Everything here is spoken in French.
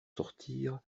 sortir